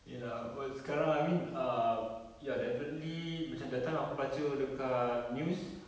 ya lah but sekarang I mean um ya definitely macam that time aku baca dekat news